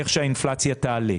איך שהאינפלציה תעלה.